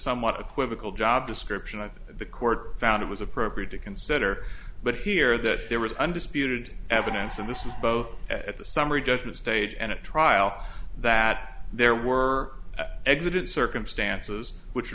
somewhat equivocal job description of the court found it was appropriate to consider but here that there was undisputed evidence of this in both at the summary judgment stage and at trial that there were exited circumstances which